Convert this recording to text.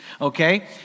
okay